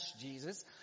Jesus